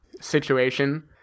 situation